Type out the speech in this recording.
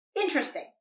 interesting